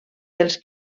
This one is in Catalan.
dels